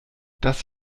das